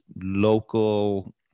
local